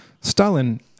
Stalin